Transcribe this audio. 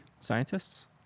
scientists